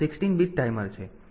તેથી તેઓ 16 bit timer છે